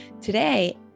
today